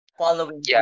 Following